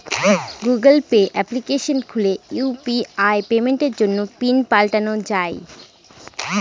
Google Pay application খুলে UPI পেমেন্টের জন্য পিন পাল্টানো যাই